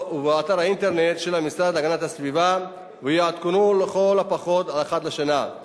באתר האינטרנט של המשרד להגנת הסביבה ויעודכנו אחת לשנה לכל הפחות.